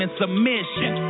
submission